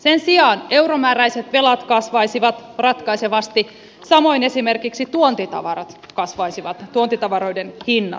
sen sijaan euromääräiset velat kasvaisivat ratkaisevasti samoin esimerkiksi tuontitavaroiden hinnat kasvaisivat